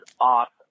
awesome